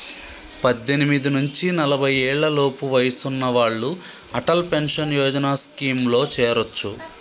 పద్దెనిమిది నుంచి నలభై ఏళ్లలోపు వయసున్న వాళ్ళు అటల్ పెన్షన్ యోజన స్కీమ్లో చేరొచ్చు